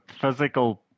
physical